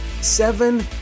seven